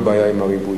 אין לו בעיה עם הריבוי.